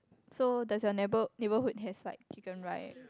so does your neighbour neighbourhood has like chicken rice